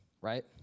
right